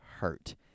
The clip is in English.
hurt